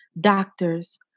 doctors